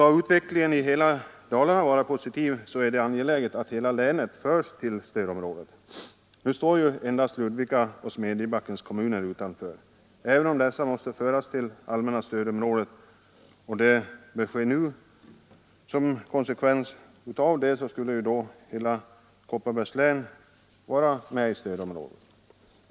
Om utvecklingen i hela Dalarna skall vara positiv är det angeläget att hela länet förs till stödområdet. Nu står endast Ludvikas och Smedjebackens kommuner utanför. Dessa måste föras till allmänna stödområdet, och det bör ske nu och som konsekvens av det blir hela Kopparbergs län med i stödområdet.